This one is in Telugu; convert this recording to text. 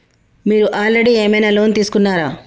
మీరు ఆల్రెడీ ఏమైనా లోన్ తీసుకున్నారా?